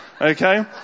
Okay